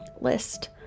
list